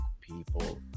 people